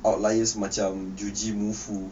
outliers macam jujimufu